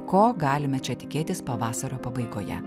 ko galime čia tikėtis pavasario pabaigoje